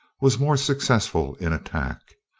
was more successful in attack.